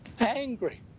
Angry